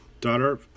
daughter